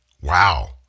wow